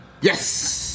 Yes